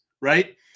right